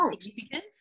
significance